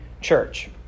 church